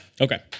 Okay